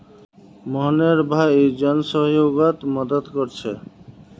मोहनेर भाई जन सह्योगोत मदद कोरछे